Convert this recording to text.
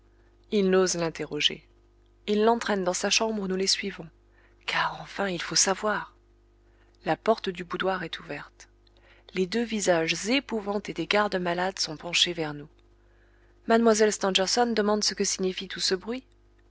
il n'ose l'interroger il l'entraîne dans sa chambre où nous les suivons car enfin il faut savoir la porte du boudoir est ouverte les deux visages épouvantés des gardes-malades sont penchés vers nous mlle stangerson demande ce que signifie tout ce bruit